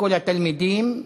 לכל התלמידים,